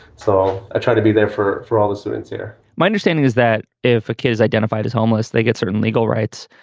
so i try to be there for for all the students here my understanding is that if a kid is identified as homeless, they get certain legal rights.